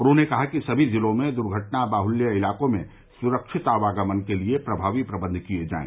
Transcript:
उन्होंने कहा कि सभी ज़िलों में दुर्घटना बाहल्य इलाकों में सुरक्षित आवागमन के लिए प्रभावी प्रबन्ध किये जायें